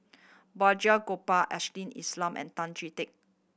Balraj Gopal Ashley and Tan Chee Teck